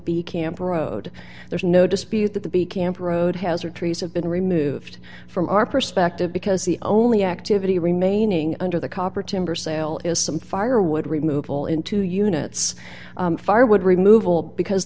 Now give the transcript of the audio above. b camp road there's no dispute that the b camp road hazard trees have been removed from our perspective because the only activity remaining under the copper timber sale is some firewood removal into units firewood removal because